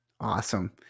Awesome